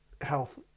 health